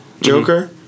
Joker